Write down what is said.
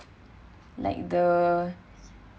like the